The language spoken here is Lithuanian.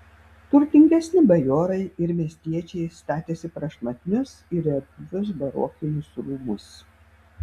turtingesni bajorai ir miestiečiai statėsi prašmatnius ir erdvius barokinius rūmus